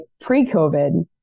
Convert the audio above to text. pre-COVID